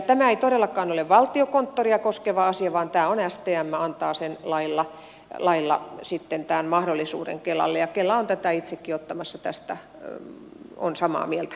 tämä ei todellakaan ole valtiokonttoria koskeva asia vaan stm antaa tämän mahdollisuuden sitten lailla kelalle ja kela itsekin tästä on samaa mieltä